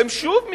הם שוב מתנגדים.